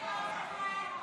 התשפ"ה 2024,